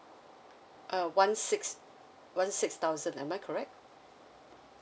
uh one six one six thousand am I correct